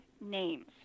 names